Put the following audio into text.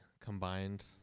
combined